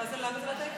למה זה לא take away?